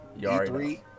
E3